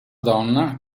donna